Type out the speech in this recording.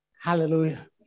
Hallelujah